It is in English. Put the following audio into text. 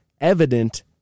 evident